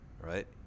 right